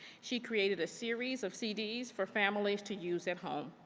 she created a series of cds for families to use at home,